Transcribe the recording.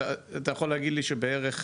אתה יכול להגיד לי שבערך,